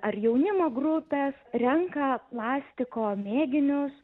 ar jaunimo grupės renka plastiko mėginius